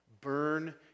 Burn